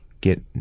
get